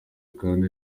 kandi